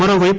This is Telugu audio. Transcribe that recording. మరోవైపు